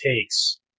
takes